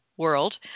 world